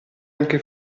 anche